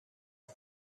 the